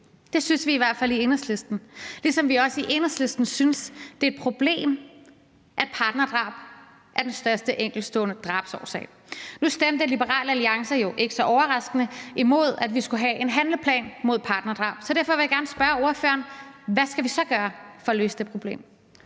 Det synes vi i hvert fald i Enhedslisten. Vi synes også i Enhedslisten, at det er et problem, at partnerdrab er den hyppigst forekommende type drab. Nu stemte Liberal Alliance jo ikke så overraskende imod, at vi skulle have en handleplan mod partnerdrab, så derfor vil jeg gerne spørge ordføreren: Hvad skal vi så gøre for at løse det problem?